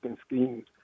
schemes